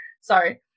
Sorry